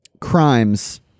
crimes